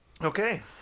Okay